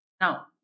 Now